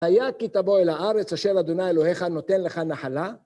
והיה כי תבוא אל הארץ אשר אדוני אלוהיך נותן לך נחלה?